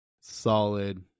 solid